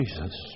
Jesus